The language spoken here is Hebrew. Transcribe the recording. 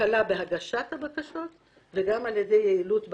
הקלה בהגשת הבקשות וגם על ידי יעילות בהחלטות.